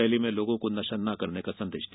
rally में लोगों को नशा न करने का संदेश दिया